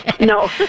No